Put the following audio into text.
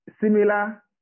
similar